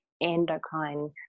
endocrine